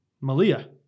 Malia